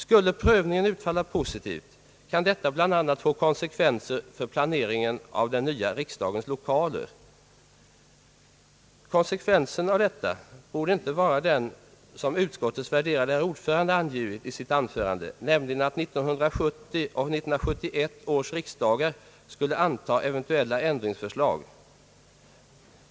Skulle prövningen utfalla positivt, kan detta bl.a. få konsekvenser för planeringen av den nya riksdagens lokaler.» Konsekvensen av detta borde inte vara den som utskottets värderade herr ordförande angivit i sitt anförande, nämligen att 1970 och 1971 års riksdagar skulle antaga eventuella ändringsförslag.